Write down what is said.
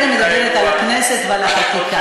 כרגע אני מדברת על הכנסת ועל ההחלטה.